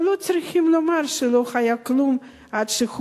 ולא צריכים לומר שלא היה כלום עד שהוא